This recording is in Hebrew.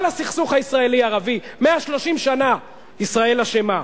כל הסכסוך הישראלי-ערבי, 130 שנה ישראל אשמה.